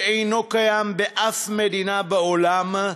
שאינו קיים באף מדינה בעולם.